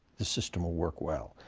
the system will work well.